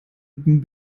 ging